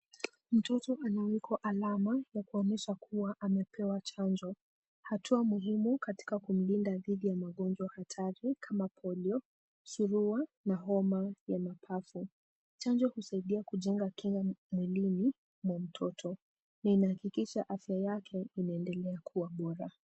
Mtoto anawekwa alama ya kuonesha kuwa amepewa chanjo, hatua muhimu ya kumlinda dhidi ya magonjwa hatari kama polio, surua na homa ya mapafu. Chanjo husaidia kujenga kinga mwilini mwa mtoto na inahakikisha afya yake inaendelea kuwa bora.